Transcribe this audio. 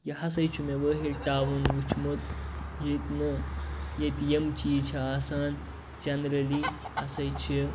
یہِ ہَساے چھُ مےٚ وٲحِد ٹاوُن وُچھمُت ییٚتہِ نہٕ ییٚتہِ یِم چیٖز چھِ آسان جَنرلی ہَسا چھِ